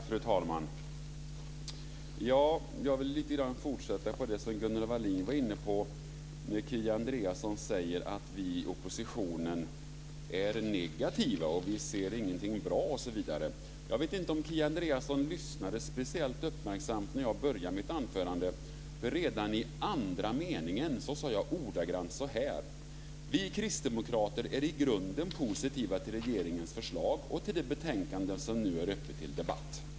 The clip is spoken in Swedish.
Fru talman! Jag vill fortsätta lite grann med det som Gunnel Wallin var inne på apropå att Kia Andreasson sade att vi i oppositionen är negativa och inte ser någonting bra osv. Jag vet inte om Kia Andreasson lyssnade speciellt uppmärksamt när jag började mitt anförande för redan i andra meningen sade jag ordagrant så här: Vi kristdemokrater är i grunden positiva till regeringens förslag och till det betänkande som nu är uppe till debatt.